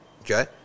Okay